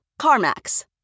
CarMax